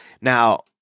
Now